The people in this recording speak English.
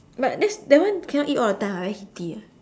but that's that one cannot eat all the time eh very heaty eh